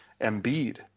Embiid